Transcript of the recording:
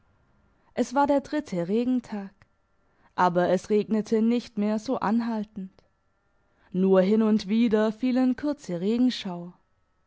es war der dritte regentag aber es regnete nicht mehr so anhaltend nur hin und wieder fielen kurze regenschauer